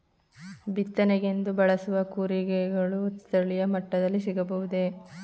ಬಿತ್ತನೆಗೆಂದು ಬಳಸುವ ಕೂರಿಗೆಗಳು ಸ್ಥಳೀಯ ಮಟ್ಟದಲ್ಲಿ ಸಿಗಬಹುದೇ?